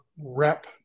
rep